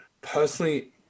Personally